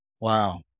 Wow